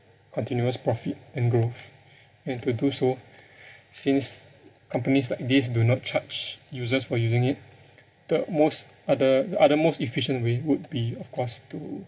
continuous profit and growth and to do so since companies like this do not charge users for using it the most other other most efficient way would be of course to